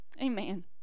Amen